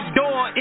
door